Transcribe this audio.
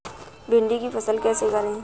भिंडी की फसल कैसे करें?